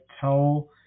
tell